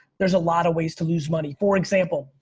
there's a lot of ways to lose money. for example,